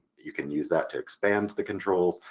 you can use that to expand the controls,